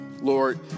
Lord